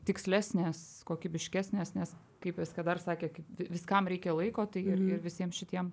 tikslesnės kokybiškesnės nes kaip eskedar sakė kad viskam reikia laiko tai ir ir visiem šitiem